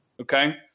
okay